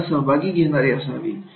सर्वांना सहभागी करून घेणारी असावी